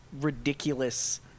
ridiculous